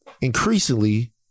increasingly